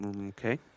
Okay